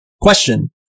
Question